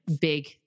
big